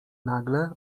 nagle